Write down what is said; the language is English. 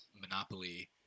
monopoly